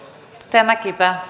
puhemies